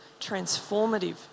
transformative